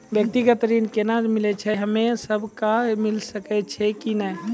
व्यक्तिगत ऋण केना मिलै छै, हम्मे सब कऽ मिल सकै छै कि नै?